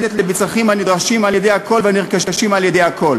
למצרכים הנדרשים על-ידי הכול והנרכשים על-ידי הכול.